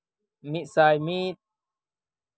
ᱢᱤᱫ ᱥᱟᱭ ᱢᱤᱫ